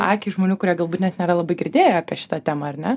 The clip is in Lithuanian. akiai žmonių kurie galbūt net nėra labai girdėję apie šitą temą ar ne